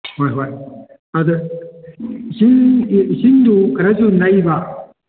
ꯍꯣꯏ ꯍꯣꯏ ꯑꯗ ꯏꯁꯤꯡꯗꯨ ꯏꯁꯤꯡꯗꯨ ꯈꯔꯁꯨ ꯅꯩꯕ